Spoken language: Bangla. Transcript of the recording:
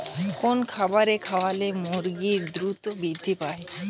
কোন খাবার খাওয়ালে মুরগি দ্রুত বৃদ্ধি পায়?